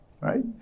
right